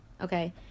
okay